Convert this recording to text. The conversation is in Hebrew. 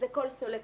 כל סולק,